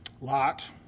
Lot